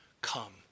come